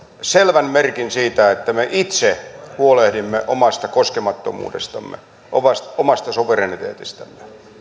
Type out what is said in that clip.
selvän merkin siitä että me itse huolehdimme omasta koskemattomuudestamme omasta omasta suvereniteetistämme